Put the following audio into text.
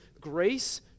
grace